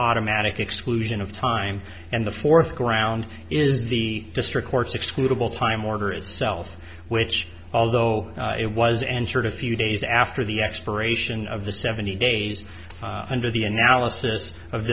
automatic exclusion of time and the fourth ground is the district court's excludable time order itself which although it was answered a few days after the expiration of the seventy days under the analysis of